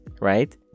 right